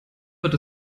wird